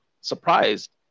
surprised